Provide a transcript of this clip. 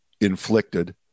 Inflicted